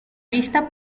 vista